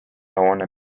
hoone